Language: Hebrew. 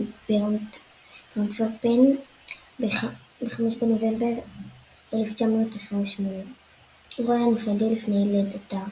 באנטוורפן ב-5 בנובמבר 1928. הוריה נפרדו לפני לידתה.